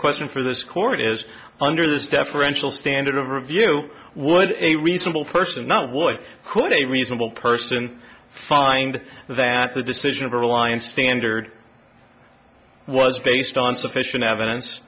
question for this court is under this deferential standard of review would a reasonable person not would who a reasonable person find that the decision of reliance standard was based on sufficient evidence